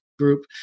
Group